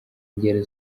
ingero